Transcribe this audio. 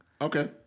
Okay